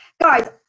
guys